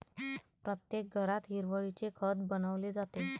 प्रत्येक घरात हिरवळीचे खत बनवले जाते